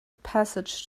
passage